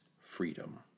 freedom